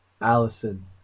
Allison